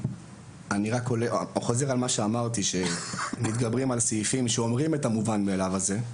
אני חוזר על מה שאמרתי: מתגברים על סעיפים שאומרים את המובן מאליו הזה,